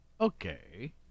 Okay